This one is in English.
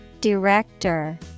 Director